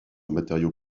matériau